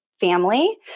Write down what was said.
family